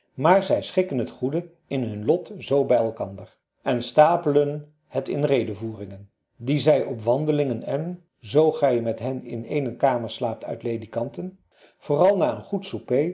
maar zij schikken het goede in hun lot zoo bij elkander en stapelen het in redevoeringen die zij op wandelingen en zoo gij met hen in ééne kamer slaapt uit ledekanten vooral na een goed